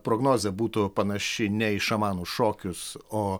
prognozė būtų panaši nei į šamanų šokius o